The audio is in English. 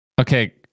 okay